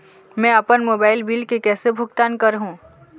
मैं अपन mobile bill के कैसे भुगतान कर हूं?